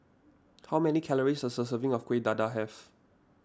how many calories does a serving of Kuih Dadar have